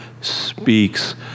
speaks